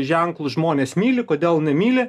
ženklus žmonės myli kodėl nemyli